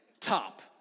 Top